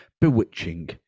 bewitching